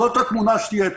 זאת התמונה שתהיה פה.